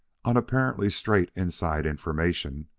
on apparently straight inside information,